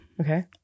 Okay